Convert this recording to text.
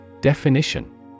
Definition